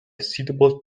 suitable